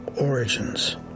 origins